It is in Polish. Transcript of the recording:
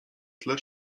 tle